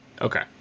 Okay